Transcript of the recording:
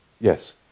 yes